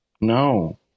No